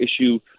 issue